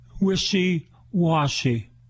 wishy-washy